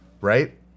right